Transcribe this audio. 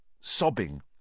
sobbing